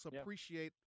appreciate